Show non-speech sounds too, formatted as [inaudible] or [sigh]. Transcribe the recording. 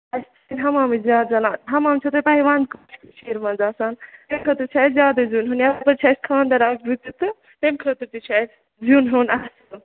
اَسہِ تہِ چھِ حمامٕے زیادٕ زالان حمام چھُو تۄہہِ پَیی وَندٕ [unintelligible] کٔشیٖرِ منٛز آسان تٔتھۍ خٲطرٕ چھِ اَسہِ زیادَے [unintelligible] یَپٲرۍ حظ چھِ اَسہِ خانٛدر اَکھ زٕ تہِ تہٕ تَمہِ خٲطرٕ تہِ چھُ اَسہِ زیُن ہیوٚن [unintelligible]